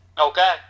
Okay